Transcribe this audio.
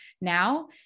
now